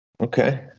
Okay